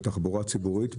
בתחבורה ציבורית,